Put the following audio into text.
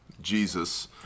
Jesus